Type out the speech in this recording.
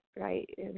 right